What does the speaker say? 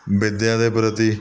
ਵਿੱਦਿਆ ਦੇ ਪ੍ਰਤੀ